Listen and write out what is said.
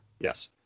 Yes